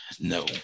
no